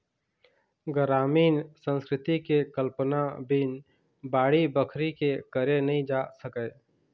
गरामीन संस्कृति के कल्पना बिन बाड़ी बखरी के करे नइ जा सके